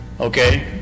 Okay